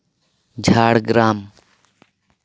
Jhargram